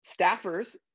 staffers